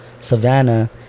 savannah